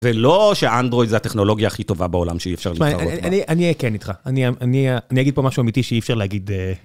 ולא שאנדרואיד זה הטכנולוגיה הכי טובה בעולם שאי אפשר להתגרות בה. אני אהיה כן איתך, אני אגיד פה משהו אמיתי שאי אפשר להגיד.